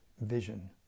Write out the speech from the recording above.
vision